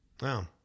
Wow